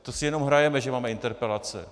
To si jenom hrajeme, že máme interpelace.